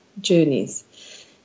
journeys